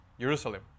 Jerusalem